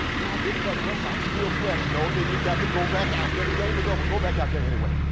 no i didn't brother west i'm still fresh. no then you've got to go back out there. the game was over. go back out there anyway.